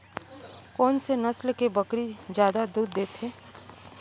कोन से नस्ल के बकरी जादा दूध देथे